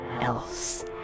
else